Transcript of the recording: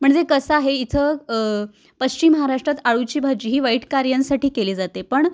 म्हणजे कसं आहे इथं पश्चिम महाराष्ट्रात अळूची भाजी ही वाईट कार्यांसाठी केली जाते पण